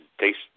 taste